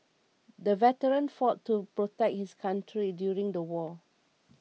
the veteran fought to protect his country during the war